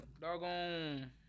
doggone